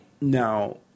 Now